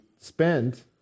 spent